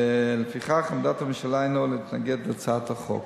לפיכך, עמדת הממשלה הינה להתנגד להצעת החוק.